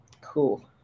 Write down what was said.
cool